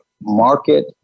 market